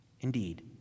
Indeed